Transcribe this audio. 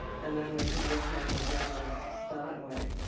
and then we could work on the grammar that way.